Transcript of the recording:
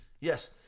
Yes